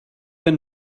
been